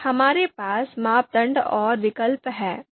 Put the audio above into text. फिर हमारे पास मापदंड और विकल्प हैं